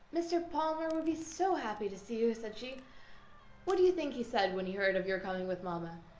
mr. palmer will be so happy to see you, said she what do you think he said when he heard of your coming with mama?